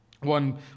One